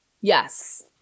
Yes